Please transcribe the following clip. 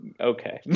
okay